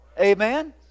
amen